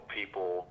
people